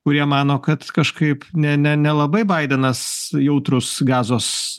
kurie mano kad kažkaip ne ne nelabai baidenas jautrus gazos